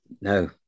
no